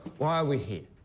why are we here?